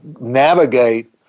navigate